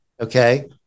Okay